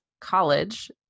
college